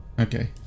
Okay